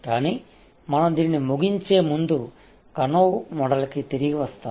కానీ మనం దీనిని ముగించే ముందు కనోవ్ మోడల్కి తిరిగి వస్తాము